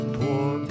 poor